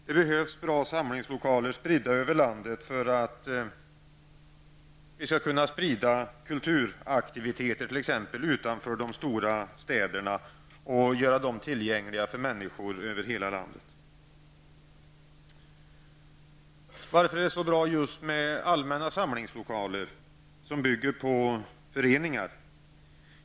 Det behövs bra samlingslokaler spridda över landet för att vi skall kunna sprida t.ex. kulturaktiviteter väsentligt utanför de stora städerna och göra dem tillgängliga för människor över hela landet. Varför är det så bra just med allmänna samlingslokaler som bygger på föreningar?